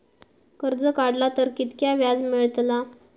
कर्ज काडला तर कीतक्या व्याज मेळतला?